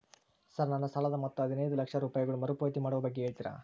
Sir ನನ್ನ ಸಾಲದ ಮೊತ್ತ ಹದಿನೈದು ಲಕ್ಷ ರೂಪಾಯಿಗಳು ಮರುಪಾವತಿ ಮಾಡುವ ಬಗ್ಗೆ ಹೇಳ್ತೇರಾ?